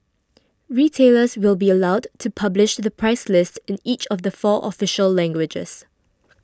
retailers will be allowed to publish the price list in each of the four official languages